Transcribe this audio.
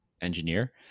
engineer